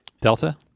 Delta